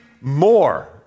more